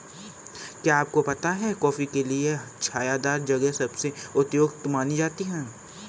क्या आपको पता है कॉफ़ी के लिए छायादार जगह सबसे उपयुक्त मानी जाती है?